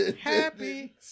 Happy